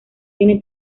tiene